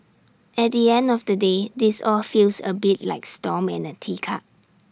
at the end of the day this all feels A bit like storm in A teacup